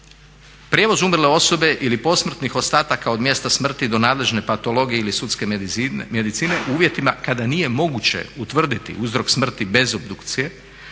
prijevoz umrle osobe ili posmrtnih ostataka od mjesta smrti do nadležne patologije ili sudske medicine u uvjetima kada nije moguće utvrditi uzrok smrti bez obdukcije